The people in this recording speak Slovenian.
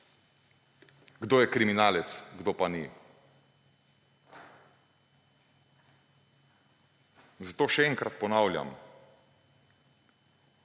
kdo je kriminalec, kdo pa ni. Zato še enkrat ponavljam,